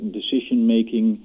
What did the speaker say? decision-making